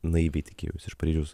naiviai tikėjausi iš paryžiaus